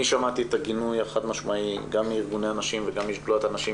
אני שמעתי את הגינוי החד משמעי גם מארגוני הנשים וגם משדולת הנשים,